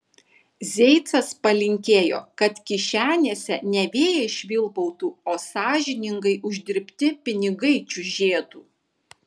zeicas palinkėjo kad kišenėse ne vėjai švilpautų o sąžiningai uždirbti pinigai čiužėtų